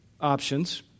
options